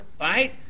Right